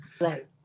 right